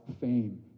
fame